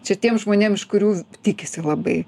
čia tiem žmonėm iš kurių tikisi labai